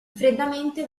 freddamente